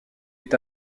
est